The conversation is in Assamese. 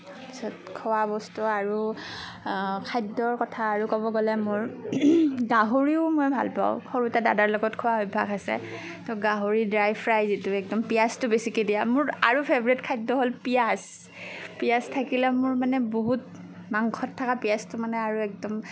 পিছত খোৱা বস্তু আৰু খাদ্যৰ কথা আৰু ক'ব গ'লে মোৰ গাহৰিও মই ভাল পাওঁ সৰুতে দাদাৰ লগত খোৱা অভ্যাস আছে ত' গাহৰি ড্ৰাই ফ্ৰাই যিটো একদম পিঁয়াজটো বেছিকৈ দিয়া মোৰ আৰু ফেভৰিট খাদ্য হ'ল পিঁয়াজ পিঁয়াজ থাকিলে মোৰ মানে বহুত মাংসত থাকা পিঁয়াজটো মানে আৰু একদম